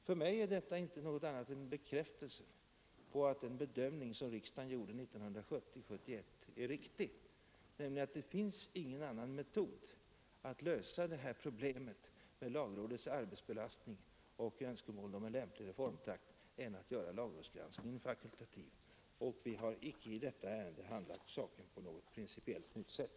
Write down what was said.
För mig är detta inte något annat än en bekräftelse på att den bedömning som riksdagen gjorde 1970—1971 är riktig, nämligen att det finns ingen annan metod att lösa det här problemet med lagrådets arbetsbelastning och önskemålen om en lämplig reformtakt än att göra lagrådsgranskningen fakultativ, och vi har icke handlagt detta ärende på något principiellt nytt sätt.